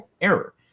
error